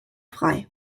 frei